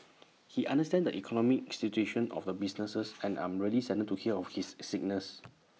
he understands the economic situation of the businesses and I'm really saddened to hear of his sickness